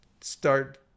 start